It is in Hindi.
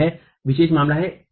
तो यह विशेष मामला है